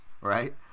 right